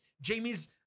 Jamie's